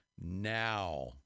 now